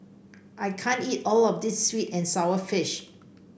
I can't eat all of this sweet and sour fish